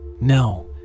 No